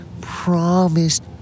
promised